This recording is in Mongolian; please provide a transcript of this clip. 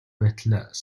байтал